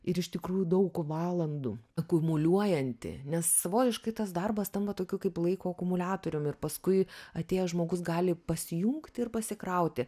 ir iš tikrųjų daug valandų akumuliuojanti nes savotiškai tas darbas tampa tokių kaip laiko akumuliatoriumi ir paskui atėjęs žmogus gali pasijungti ir pasikrauti